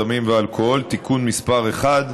בסמים ובאלכוהול (תיקון),